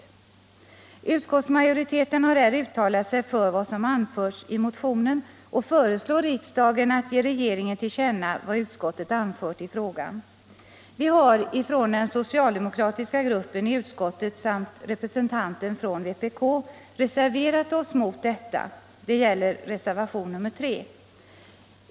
Utskottsmajoriteten har här uttalat sig för vad som anförs i motionen och föreslår riksdagen att ge. regeringen till känna vad utskottet anfört i frågan. Vi från den socialdemokratiska gruppen i utskottet samt representanten för vpk har avgivit reservation mot detta. Det gäller reservationen 3.